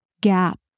gap